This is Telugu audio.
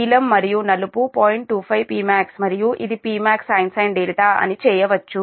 25Pmaxమరియు ఇది Pmax sin అని చేయవచ్చు